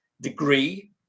degree